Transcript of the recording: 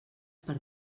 per